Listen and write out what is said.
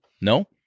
No